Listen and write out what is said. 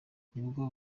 nibwo